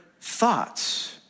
thoughts